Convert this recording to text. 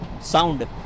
sound